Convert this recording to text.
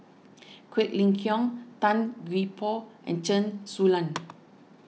Quek Ling Kiong Tan Gee Paw and Chen Su Lan